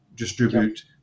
Distribute